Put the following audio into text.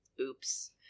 Oops